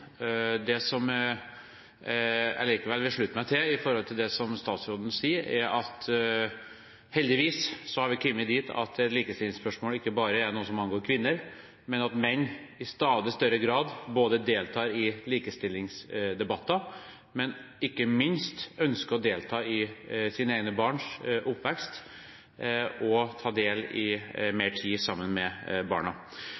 Det som jeg allikevel vil slutte meg til i det som statsråden sa, er at heldigvis har vi kommet dit at likestillingsspørsmålet ikke bare er noe som angår kvinner, men at menn i stadig større grad både deltar i likestillingsdebatter og ikke minst ønsker å delta i sine egne barns oppvekst og ha mer tid sammen med barna.